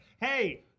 Hey